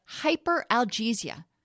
hyperalgesia